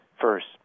First